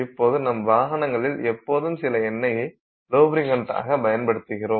இப்போது நம் வாகனங்களில் எப்போதும் சில எண்ணெயை லுபிரிக்ண்டாகப் பயன்படுத்துகிறோம்